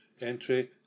entry